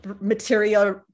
material